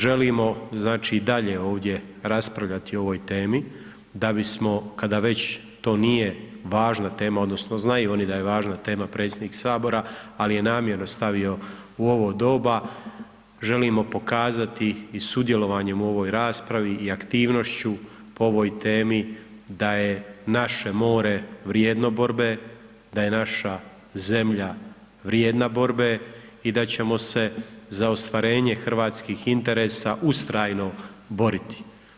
Želimo znači i dalje ovdje raspravljati o ovoj temi da bismo kada već to nije važna tema, odnosno znaju oni da je važna tema, predsjednik Sabora, al' je namjerno stavio u ovo doba, želimo pokazati i sudjelovanjem u ovoj raspravi i aktivnošću po ovoj temi da je naše more vrijedno borbe, da je naša zemlja vrijedna borbe, i da ćemo se za ostvarenje hrvatskih interesa ustrajno boriti.